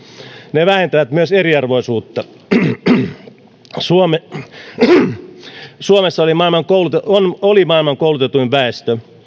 ne vähentävät myös eriarvoisuutta suomessa oli maailman koulutetuin väestö